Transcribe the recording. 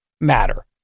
matter